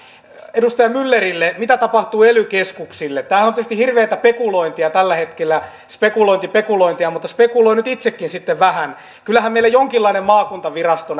edustaja myllerille mitä tapahtuu ely keskuksille täällä on tietysti hirveätä pekulointia tällä hetkellä spekulointi pekulointia mutta spekuloin nyt itsekin sitten vähän kyllähän meillä jonkinlainen maakuntavirasto